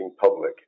public